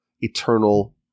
eternal